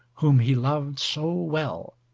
whom he loved so well.